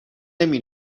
نمی